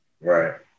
Right